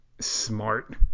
smart